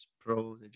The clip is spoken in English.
pro